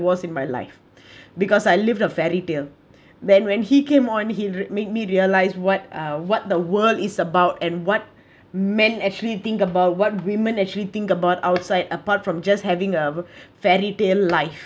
was in my life because I lived a fairytale then when he came on he made me realise what uh what the world is about and what men actually think about what women actually think about outside apart from just having uh fairy tale life